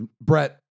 Brett